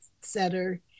setter